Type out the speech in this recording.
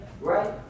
Right